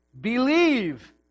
Believe